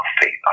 faith